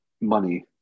money